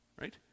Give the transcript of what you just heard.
right